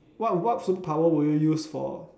what what superpower will you use for